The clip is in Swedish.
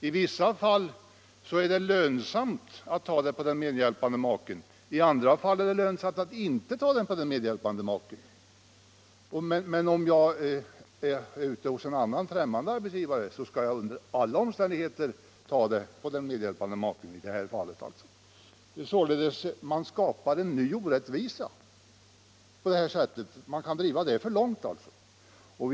I vissa fall är det lönsamt att sätta en del av inkomsten på den medhjälpande maken, i andra fall är det lönsamt att inte göra det. Om maken däremot arbetar hos en annan 47 arbetsgivare måste inkomsten under alla omständigheter föras på den maken. Man kan således driva det här för långt och skapa en ny orättvisa.